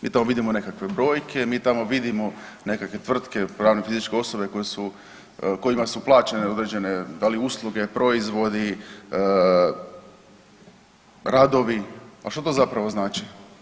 Mi tamo vidimo nekakve brojke, mi tamo vidimo nekakve tvrtke, pravne i fizičke osobe koje su, kojima su plaćene određene, da li usluge, proizvodi, radovi, a što to zapravo znači?